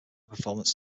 performance